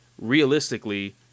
realistically